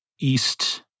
east